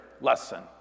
lesson